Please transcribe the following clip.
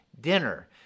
dinner